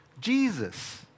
Jesus